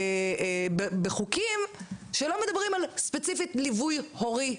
בחוקים שלא מדברים ספציפית על ליווי הורי.